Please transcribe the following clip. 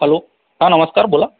hello हा नमस्कार बोला